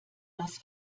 das